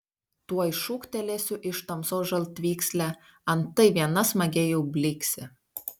tuoj šūktelėsiu iš tamsos žaltvykslę antai viena smagiai jau blyksi